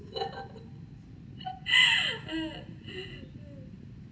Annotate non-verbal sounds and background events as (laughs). (laughs)